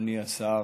אדוני השר,